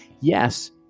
yes